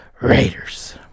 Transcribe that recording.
Raiders